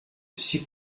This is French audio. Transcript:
six